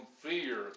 fear